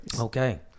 Okay